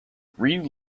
reid